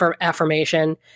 affirmation